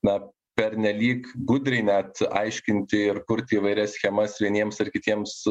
na pernelyg gudriai net aiškinti ir kurti įvairias schemas vieniems ar kitiems